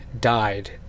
died